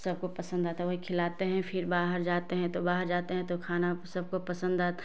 सबको पसन्द आता है वही खिलाते हैं फिर बाहर जाते हैं तो बाहर जाते हैं तो खाना सबको पसंद आता